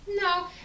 no